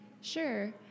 Sure